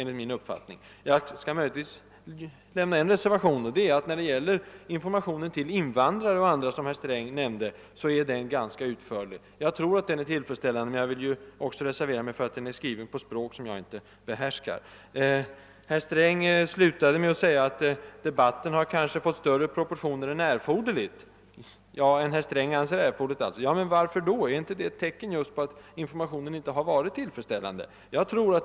Jag vill dock tillägga att informationen till invandrare, som herr Sträng omnämnde, är ganska utförlig. Jag tror att den är tillfredsställande, men jag bör kanske göra den reservationen att den delvis är skriven på språk som jag inte behärskar. Herr Sträng sade att debatten om folkoch bostadsräkningen kanske fått större proportioner än erforderligt. Ja, än herr Sträng anser vara erforderligt. Men är inte just detta ett tecken på att informationen inte har varit tillfredsställande.